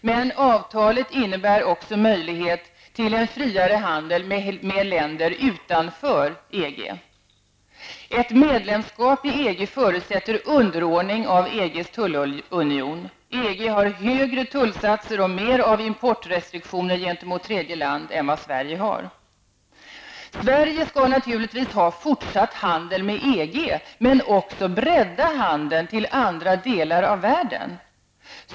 Men avtalet innebär också möjligheter till en friare handel med länder utanför Ett medlemskap i EG förutsätter underordning av EGs tullunion. EG har högre tullsatser och mer av importrestriktioner gentemot tredje land än Sverige skall naturligtvis ha fortsatt handel med EG, men också bredda handeln till andra delar av världen.